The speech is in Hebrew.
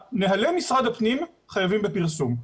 נהלי משרד הפנים חייבים בפרסום.